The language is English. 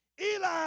Eli